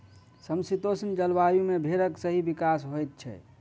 समशीतोष्ण जलवायु मे भेंड़क सही विकास होइत छै